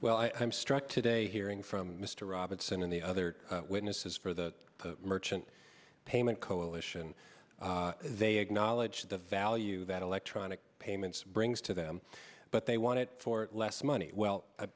well i'm struck today hearing from mr robertson and the other witnesses for the merchant payment coalition they acknowledge the value that electronic payments brings to them but they want it for less money well